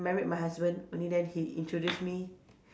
married my husband only then he introduce me